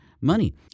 money